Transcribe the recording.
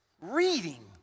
reading